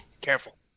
Careful